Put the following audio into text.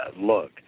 look